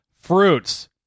fruits